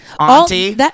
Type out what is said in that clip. auntie